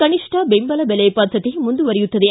ಕನಿಷ್ಠ ಬೆಂಬಲ ಬೆಲೆ ಪದ್ಧತಿ ಮುಂದುವರಿಯುತ್ತದೆ